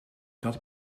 dat